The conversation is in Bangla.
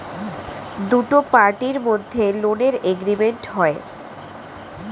দুটো পার্টির মধ্যে লোনের এগ্রিমেন্ট হয়